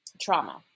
trauma